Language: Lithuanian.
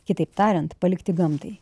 kitaip tariant palikti gamtai